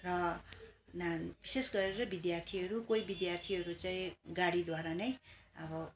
र नान विशेष गरेर विद्यार्थीहरू कोही विद्यार्थीहरू चाहिँ गाडीद्वारा नै अब